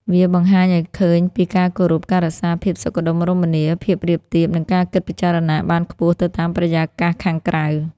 វាបង្ហាញឱ្យឃើញពីការគោរព ការរក្សាភាពសុខដុមរមនា ភាពរាបទាប និងការគិតពិចារណាបានខ្ពស់ទៅតាមបរិយាកាសខាងក្រៅ។